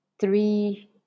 three